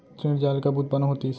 ऋण जाल कब उत्पन्न होतिस?